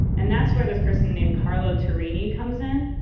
and that's where this person named carlo tarini comes in.